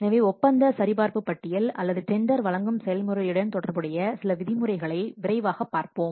எனவே ஒப்பந்த சரிபார்ப்பு பட்டியல் அல்லது டெண்டர் வழங்கும் செயல்முறையுடன் தொடர்புடைய சில விதிமுறைகளை விரைவாக பார்ப்போம்